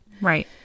Right